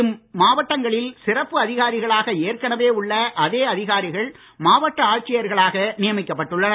இம்மாவட்டங்களில் சிறப்பு அதிகாரிகளாக ஏற்கனவே உள்ள அதே அதிகாரிகள் மாவட்ட ஆட்சியர்களாக நியமிக்கப்பட்டுள்ளனர்